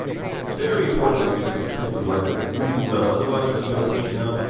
it's very important to make sure these pins are lined up really well, otherwise when you go to push it down,